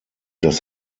dass